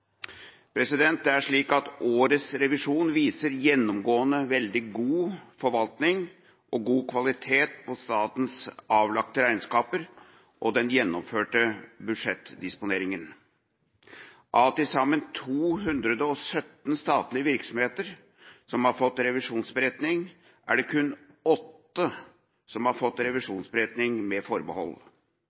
Årets revisjon viser gjennomgående veldig god forvaltning og god kvalitet på statens avlagte regnskaper og den gjennomførte budsjettdisponeringen. Av til sammen 217 statlige virksomheter som har fått revisjonsberetning, er det kun 8 som har fått revisjonsberetning med forbehold.